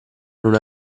non